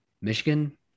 Michigan